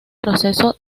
proceso